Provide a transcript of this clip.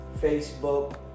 Facebook